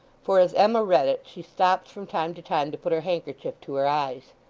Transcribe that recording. for as emma read it she stopped from time to time to put her handkerchief to her eyes.